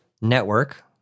network